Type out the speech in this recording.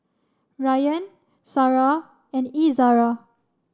Ryan Sarah and Izzara